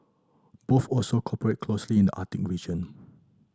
both also cooperate closely in the Arctic region